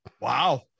wow